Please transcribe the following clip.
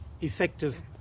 effective